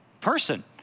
person